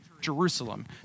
Jerusalem